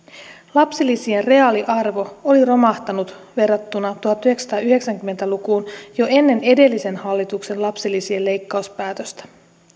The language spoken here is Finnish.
lapsilisien reaaliarvo oli romahtanut verrattuna tuhatyhdeksänsataayhdeksänkymmentä lukuun jo ennen edellisen hallituksen lapsilisien leikkauspäätöstä